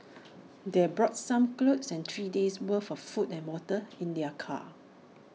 they brought some clothes and three days' worth of food and water in their car